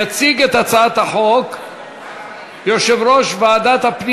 יציג את הצעת החוק יושב-ראש ועדת הפנים